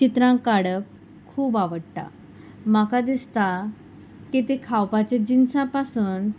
चित्रां काडप खूब आवडटा म्हाका दिसता की तीं खावपाचीं जिन्सां पासून